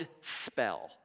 spell